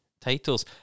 titles